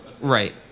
Right